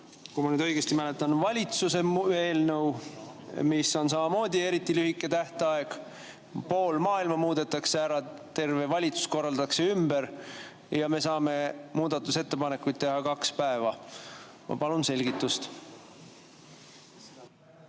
kui ma nüüd õigesti mäletan, valitsuse eelnõu, millel on samamoodi eriti lühike tähtaeg. Pool maailma muudetakse ära, terve valitsus korraldatakse ümber, ja me saame muudatusettepanekuid teha kaks päeva. Ma palun selgitust.